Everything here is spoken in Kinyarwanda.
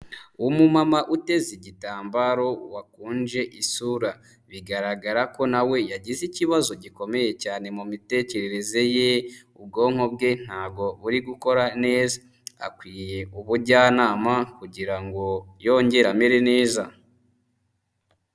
Umumama uteze igitambaro wakunje isura. Bigaragara ko na we yagize ikibazo gikomeye cyane mu mitekerereze ye, ubwonko bwe ntago buri gukora neza. Akwiye ubujyanama kugira ngo yongere amere neza.